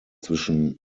zwischen